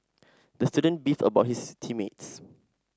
the student beefed about his team mates